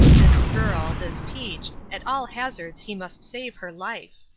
this girl, this peach, at all hazards he must save her life.